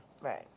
Right